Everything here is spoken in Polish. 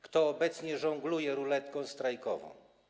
Kto obecnie żongluje ruletką strajkową?